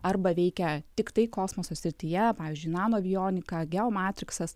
arba veikia tiktai kosmoso srityje pavyzdžiui nanoavionika geomatriksas